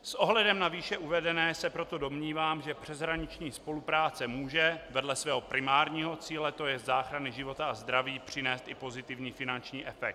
S ohledem na výše uvedené se proto domnívám, že přeshraniční spolupráce může vedle svého primárního cíle, tj. záchrany života a zdraví, přinést i pozitivní finanční efekt.